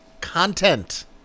content